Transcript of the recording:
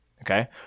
okay